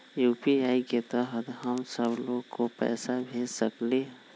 UPI के तहद हम सब लोग को पैसा भेज सकली ह?